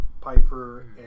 Piper